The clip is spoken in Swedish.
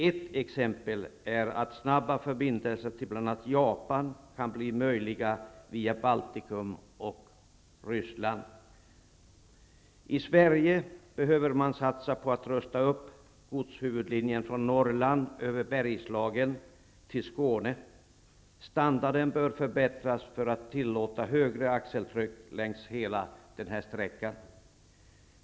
Ett exempel är att snabba förbindelser till bl.a. Japan kan bli möjliga via Baltikum och I Sverige behöver man satsa på att rusta upp godshuvudlinjen från Norrland över Bergslagen till Skåne. Standarden bör förbättras för att högre axeltryck skall tillåtas längs hela denna sträcka.